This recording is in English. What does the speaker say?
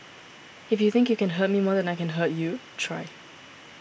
if you think you can hurt me more than I can hurt you try